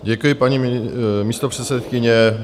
Děkuji, paní místopředsedkyně.